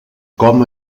com